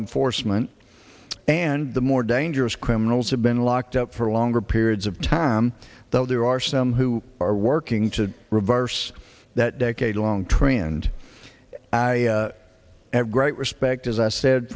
enforcement and the more dangerous criminals have been locked up for longer periods of time though there are some who are working to reverse that decade long trend i have great respect as i said